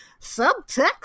subtext